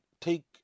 take